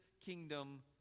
kingdom